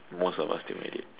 most of us still made it